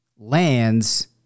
lands